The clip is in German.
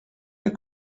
der